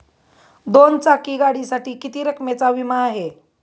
दोन चाकी गाडीसाठी किती रकमेचा विमा आहे?